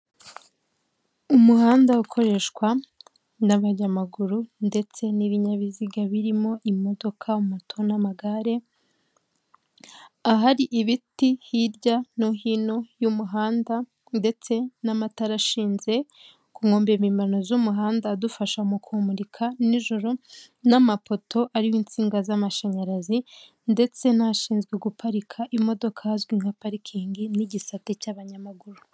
Umuhanda ukoreshwa n'abanyamaguru ndetse n'ibinyabiziga birimo imodoka moto n'amagare, ahari ibiti hirya no hino y'umuhanda ndetse n'amatara ashinze ku nkombe mpimmano z'umuhanda adufasha mu kumurika nijoro n'amapoto ariho insinga z'amashanyarazi ndetse n'ashinzwe guparika imodoka ahazwi nka parikingi n'igisate cy'abanyamaguru.